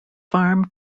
farm